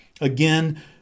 Again